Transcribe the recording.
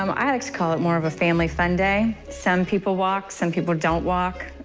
um i call it more of a family fun day. some people walk, some people don't walk.